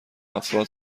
افراد